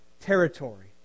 territory